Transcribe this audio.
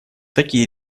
такие